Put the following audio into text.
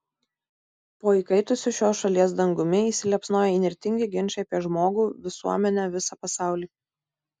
po įkaitusiu šios šalies dangumi įsiliepsnoja įnirtingi ginčai apie žmogų visuomenę visą pasaulį